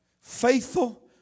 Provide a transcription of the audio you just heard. faithful